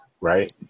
Right